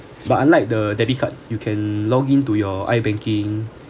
but unlike the debit card you can log in to your I_banking